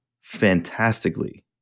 fantastically